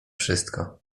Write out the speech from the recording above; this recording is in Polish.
wszystko